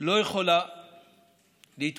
לא יכולה להתמודד